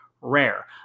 rare